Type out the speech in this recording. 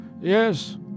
Yes